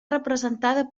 representada